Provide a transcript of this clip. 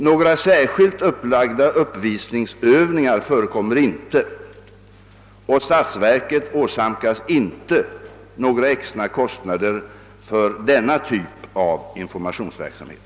Några särskilt upplagda uppvisningsövningar förekommer inte och statsverket åsamkas inte några extra kostnader för denna typ av informationsverksamhet.